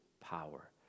power